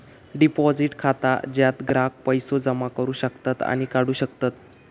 deposit खाता ज्यात ग्राहक पैसो जमा करू शकतत आणि काढू शकतत